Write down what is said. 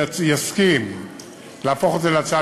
יסכים להפוך את זה להצעה